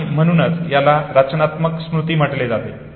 आणि म्हणूनच याला रचनात्मक स्मृती म्हटले जाते